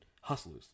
hustlers